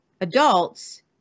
adults